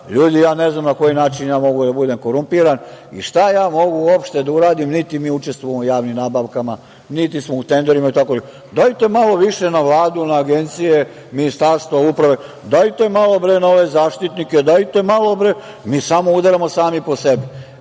Ljudi, ja ne znam na koji način ja mogu da budem korumpiran i šta ja mogu uopšte da uradim? Niti mi učestvujemo u javnim nabavkama, niti smo u tenderima itd. Dajte malo više na Vladu, na agencije, Ministarstvo uprave, dajte bre malo na ove zaštitnike. Mi samo udaramo sami po sebi.